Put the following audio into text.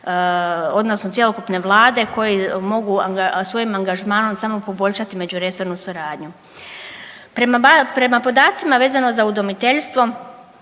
odnosno cjelokupne Vlade koji mogu svojim angažmanom samo poboljšati međuresornu suradnju. Prema podacima vezano za udomiteljstvo